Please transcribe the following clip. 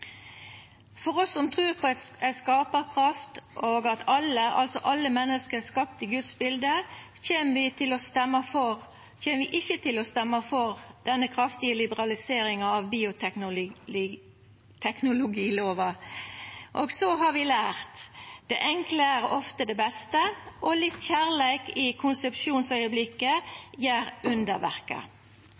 som trur på eit skaparverk og at alle menneske er skapte i Guds bilete, kjem ikkje til å stemma for denne kraftige liberaliseringa av bioteknologilova. Og vi har lært: Det enkle er ofte det beste, og litt kjærleik i konsepsjonsaugneblinken gjer